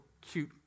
cute